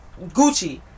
Gucci